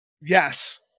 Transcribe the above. yes